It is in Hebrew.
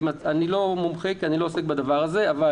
אני לא מומחה כי אני לא עוסק בדבר הזה אבל